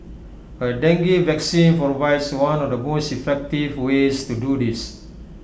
A dengue vaccine provides one of the most effective ways to do this